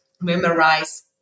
memorize